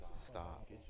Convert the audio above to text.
Stop